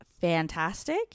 fantastic